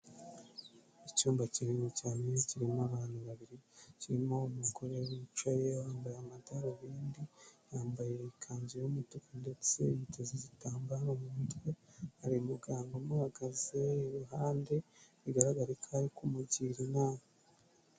Icyumba kinini cyane kirimo abantu babiri, kirimo umugore wicaye wambaye amadarubindi, yambaye ikanzu y'umutuku ndetse yiteza igitambaro mu mutwe, hari umuganga amuhagaze iruhande bigaragarara ko ari kumugira inama.